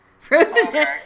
Frozen